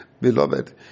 beloved